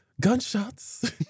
gunshots